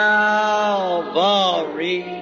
Calvary